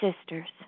sisters